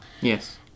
Yes